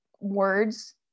words